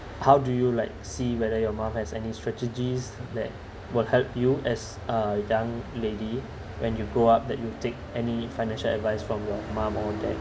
how do you like see whether your mum has any strategies that will help you as a young lady when you grow up that you take any financial advice from your mum or dad